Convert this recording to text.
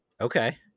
okay